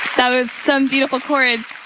that was some beautiful chords.